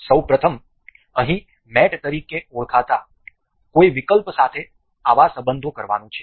સૌ પ્રથમ અહીં મેટ તરીકે ઓળખાતા કોઈ વિકલ્પ સાથે આવા સંબંધો કરવાનું છે